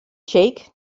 jake